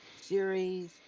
series